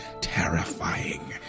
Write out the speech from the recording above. terrifying